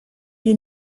you